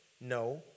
No